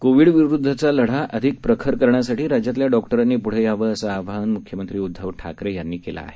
Covid विरुदधचा लढा अधिक प्रखर करण्यासाठी राज्यातल्या डॉक्टरांनी पृढं यावं असं आवाहन मुख्यमंत्री उदधव ठाकरे यांनी केलं आहे